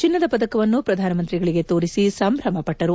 ಚಿನ್ನದ ಪದಕವನ್ನು ಪ್ರಧಾನಮಂತ್ರಿಗಳಿಗೆ ತೋರಿಸಿ ಸಂಭ್ರಮ ಪಟ್ಟರು